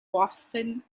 often